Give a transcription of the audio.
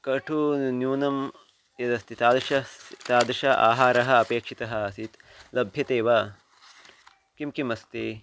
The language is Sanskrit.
कटुः न्यूनं यदस्ति तादृशः तादृशः आहारः अपेक्षितः आसीत् लभ्यते वा किं किम् अस्ति